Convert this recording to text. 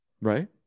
Right